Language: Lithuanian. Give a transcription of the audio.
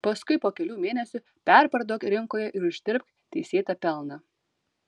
paskui po kelių mėnesių perparduok rinkoje ir uždirbk teisėtą pelną